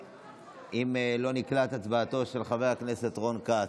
אם לא נקלטה הצבעתו של חבר הכנסת רון כץ,